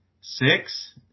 six